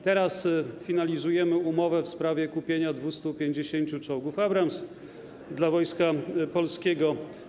Teraz finalizujemy umowę w sprawie kupienia 250 czołgów Abrams dla Wojska Polskiego.